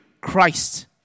Christ